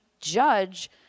judge